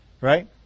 right